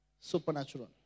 supernatural